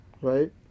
Right